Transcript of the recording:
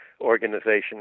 organization